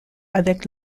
avec